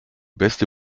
beste